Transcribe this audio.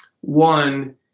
One